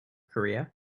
korea